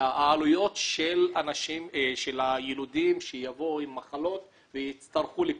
העלויות של היילודים שיבואו עם מחלות ויצטרכו כל